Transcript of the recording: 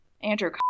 andrew